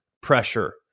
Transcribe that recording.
pressure